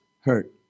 hurt